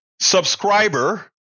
subscriber